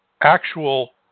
actual